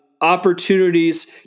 opportunities